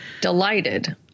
Delighted